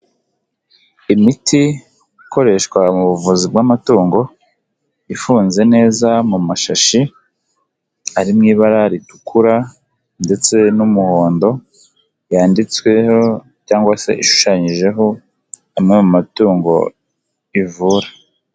Imiti ikoreshwa mu buvuzi bw'amatungo, ifunze neza mu mashashi ari mu ibara ritukura ndetse n'umuhondo yanditsweho cyangwa se ishushanyijeho amwe mu matungo ivura.